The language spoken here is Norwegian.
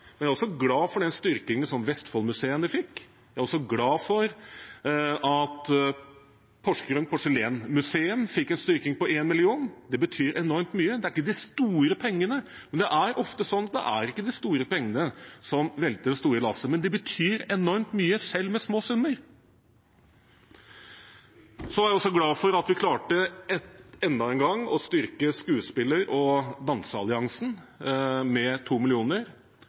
men jeg er også glad for den styrkingen som Vestfoldmuseene fikk. Jeg er også glad for at Porsgrund Porselen-museet fikk en styrking på 1 mill. kr – det betyr enormt mye. Det er ikke de store pengene, men det er ofte sånn at det er ikke de store pengene som velter det store lasset, men det betyr enormt mye selv med små summer. Så er jeg også glad for at vi enda en gang klarte å styrke Skuespiller- og danseralliansen med